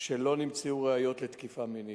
לא נמצאו ראיות לתקיפה מינית,